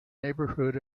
neighbourhood